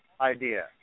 idea